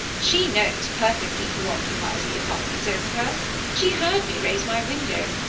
she knows perfectly who occupies the apartments over hers she heard me raise my window.